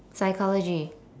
psychology